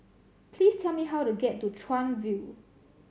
please tell me how to get to Chuan View